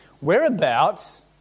Whereabouts